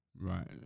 right